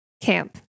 camp